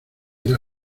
era